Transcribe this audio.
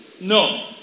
No